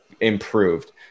improved